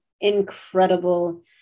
incredible